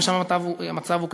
שם המצב הוא קטסטרופלי.